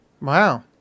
wow